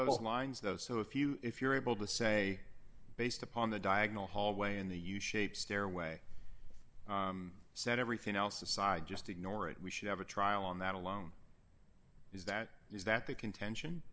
those lines though so if you if you're able to say based upon the diagonal hallway in the you shave stairway set everything else aside just ignore it we should have a trial on that alone is that is that the contention